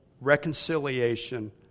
reconciliation